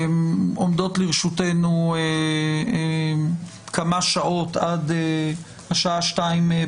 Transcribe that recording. עומדות לרשותנו כמה שעות עד השעה 14:00